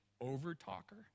over-talker